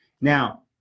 Now